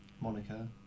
Monica